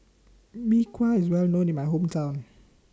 Mee Kuah IS Well known in My Hometown